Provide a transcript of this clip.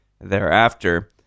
thereafter